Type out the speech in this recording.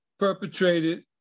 Perpetrated